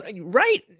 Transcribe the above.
right